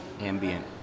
ambient